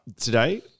today